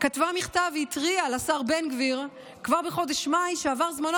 כתבה מכתב והתריעה לשר בן גביר כבר בחודש מאי שעבר זמנו